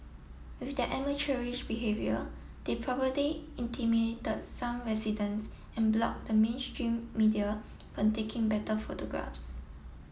with their amateurish behaviour they intimidated some residents and block the mainstream media from taking better photographs